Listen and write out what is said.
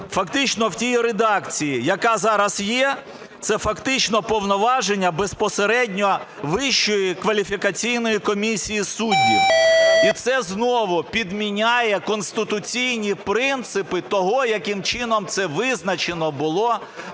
Фактично в тій редакції, яка зараз є, це фактично повноваження безпосередньо Вищої кваліфікаційної комісії суддів. І це знову підміняє конституційні принципи того, яким чином це визначено було